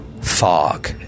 fog